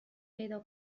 پیدا